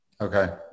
Okay